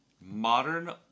Modern